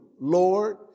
Lord